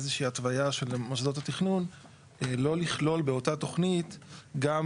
איזה שהיא התוויה של מוסדות התכנון לא לכלול באותה תוכנית גם